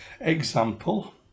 example